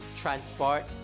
transport